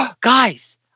guys